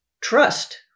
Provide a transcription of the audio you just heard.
trust